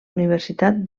universitat